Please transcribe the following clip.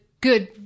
good